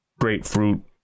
grapefruit